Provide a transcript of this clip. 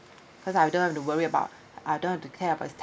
because I don't have to worry about I don't have to care about his